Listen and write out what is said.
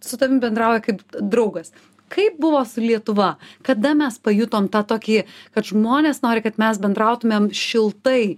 su tavim bendrauja kaip draugas kaip buvo su lietuva kada mes pajutom tą tokį kad žmonės nori kad mes bendrautumėm šiltai